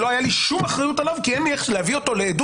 שלא הייתה לי שום אחריות עליו כי אין לי איך להביא אותו לעדות,